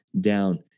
down